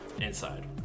inside